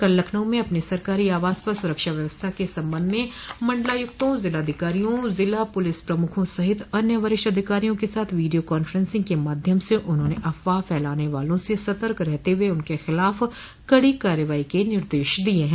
कल लखनऊ में अपने सरकारी आवास पर सुरक्षा व्यवस्था के संबंध में मंडलायुक्तों जिलाधिकारियों जिला पुलिस प्रमुखों सहित अन्य वरिष्ठ अधिकारियों के साथ वीडियो कांफ्रेंसिंग के माध्यम से उन्होंने अफवाह फैलाने वालों से सतर्क रहते हुए उनके खिलाफ कड़ी कार्रवाई के निर्देश दिये हैं